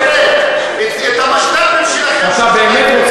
אתה באמת חושב,